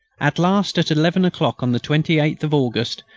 at last, at eleven o'clock on the twenty eighth of august,